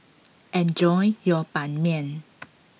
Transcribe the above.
enjoy your Ban Mian